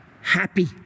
Happy